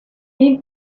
need